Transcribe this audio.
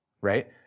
right